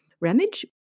Ramage